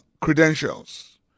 credentials